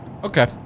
Okay